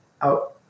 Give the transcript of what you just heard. out